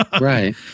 Right